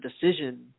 decision